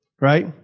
right